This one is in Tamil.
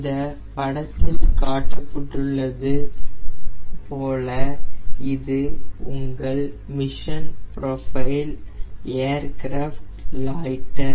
இந்த படத்தில் காட்டப்பட்டுள்ளது போல இது உங்கள் மிஷன் ப்ரோஃபைல் ஏர்கிராஃப்ட் லாய்ட்டர்